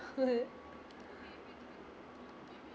good